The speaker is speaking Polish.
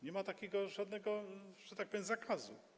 Nie ma takiego żadnego, że tak powiem, zakazu.